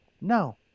No